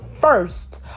first